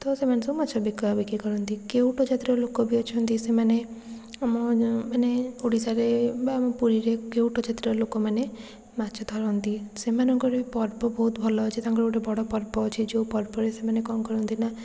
ତ ସେମାନେ ସବୁ ମାଛ ବିକାବିକି କରନ୍ତି କେଉଟ ଜାତିର ଲୋକ ବି ଅଛନ୍ତି ସେମାନେ ଆମ ମାନେ ଓଡ଼ିଶାରେ ବା ଆମ ପୁରୀରେ କେଉଟ ଜାତିର ଲୋକମାନେ ମାଛ ଧରନ୍ତି ସେମାନଙ୍କର ପର୍ବ ବହୁତ ଭଲ ଅଛି ତାଙ୍କର ଗୋଟେ ବଡ଼ ପର୍ବ ଅଛି ଯେଉଁ ପର୍ବରେ ସେମାନେ କ'ଣ କରନ୍ତି ନା